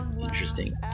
Interesting